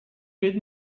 read